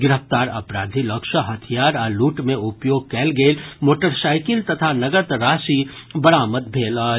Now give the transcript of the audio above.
गिरफ्तार अपराधी लऽग सँ हथियार आ लूट मे उपयोग कयल गेल मोटरसाईकिल तथा नगद राशि बरामद भेल अछि